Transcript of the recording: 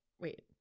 Wait